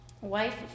Wife